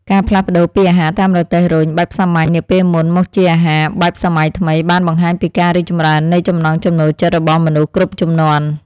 ការផ្លាស់ប្តូរពីអាហារតាមរទេះរុញបែបសាមញ្ញនាពេលមុនមកជាអាហារបែបសម័យថ្មីបានបង្ហាញពីការរីកចម្រើននៃចំណង់ចំណូលចិត្តរបស់មនុស្សគ្រប់ជំនាន់។